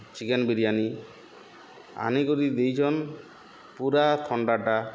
chicken biryani ଆନିକରି ଦେଇଛନ୍ ପୁରା ଥଣ୍ଡାଟା